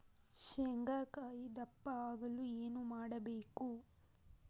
ಶೇಂಗಾಕಾಯಿ ದಪ್ಪ ಆಗಲು ಏನು ಮಾಡಬೇಕು?